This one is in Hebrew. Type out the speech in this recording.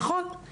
נכון.